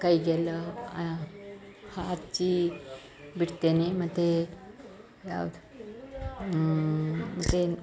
ಕೈಗೆಲ್ಲ ಹಚ್ಚಿ ಬಿಡ್ತೇನೆ ಮತ್ತು ಯಾವ್ದು ಮತ್ತು